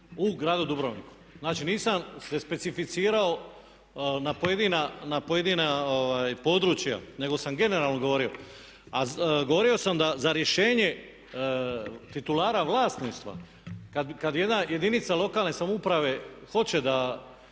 u gradu Dubrovniku. Znači, nisam se specificirao na pojedina područja nego sam generalno govorio. A govorio sam da za rješenje titulara vlasništva kad jedna jedinica lokalne samouprave hoće da